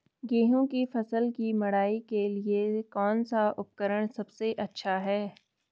गेहूँ की फसल की मड़ाई के लिए कौन सा उपकरण सबसे अच्छा है?